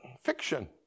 fiction